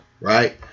Right